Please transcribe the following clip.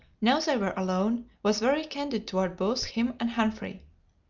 now they were alone, was very candid toward both him and humphrey.